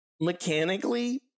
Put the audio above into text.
Mechanically